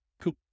cool